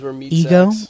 ego